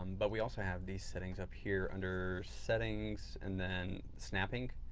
but we also have these settings up here under settings and then snapping